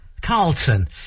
Carlton